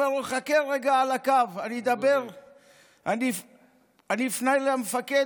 אומר לו: חכה רגע על הקו, אני אפנה למפקד